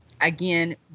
again